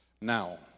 Now